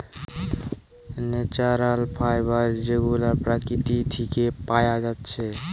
natural fibre যেগুলা প্রকৃতি থিকে পায়া যাচ্ছে